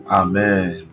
amen